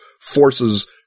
forces